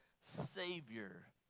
Savior